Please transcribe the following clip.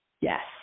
Yes